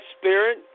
spirit